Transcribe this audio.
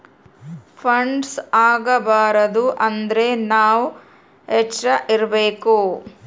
frauds ಆಗಬಾರದು ಅಂದ್ರೆ ನಾವ್ ಎಚ್ರ ಇರ್ಬೇಕು